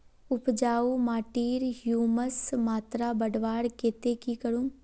उपजाऊ माटिर ह्यूमस मात्रा बढ़वार केते की करूम?